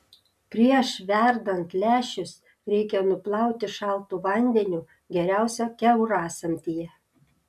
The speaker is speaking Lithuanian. prieš verdant lęšius reikia nuplauti šaltu vandeniu geriausia kiaurasamtyje